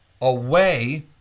away